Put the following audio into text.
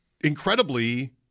incredibly